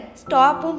stop